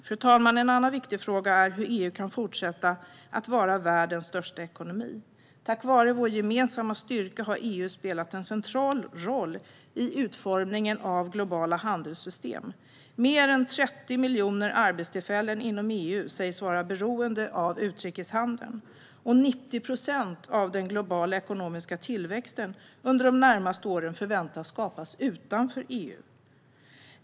Fru talman! En annan viktig fråga är hur EU kan fortsätta att vara världens största ekonomi. Tack vare vår gemensamma styrka har EU spelat en central roll i utformningen av globala handelssystem. Mer än 30 miljoner arbetstillfällen inom EU sägs vara beroende av utrikeshandeln, och 90 procent av den globala ekonomiska tillväxten under de närmaste åren förväntas skapas utanför EU.